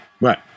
Right